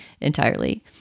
entirely